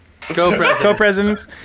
co-presidents